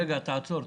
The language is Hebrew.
רגע, תעצור.